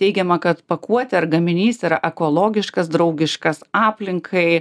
teigiama kad pakuotė ar gaminys yra ekologiškas draugiškas aplinkai